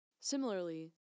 Similarly